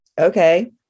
okay